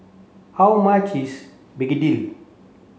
how much is Begedil